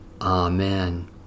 Amen